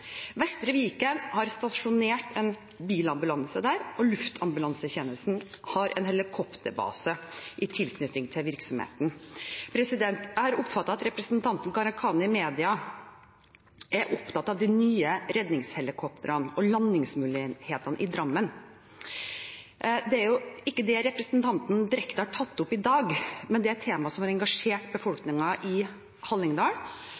Vestre Viken har stasjonert en bilambulanse der, og luftambulansetjenesten har en helikopterbase i tilknytning til virksomheten. Jeg har oppfattet at representanten Gharahkhani i media er opptatt av de nye redningshelikoptrene og landingsmulighetene i Drammen. Det er jo ikke det representanten direkte har tatt opp i dag, men det er et tema som har engasjert befolkningen i Hallingdal,